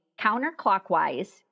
counterclockwise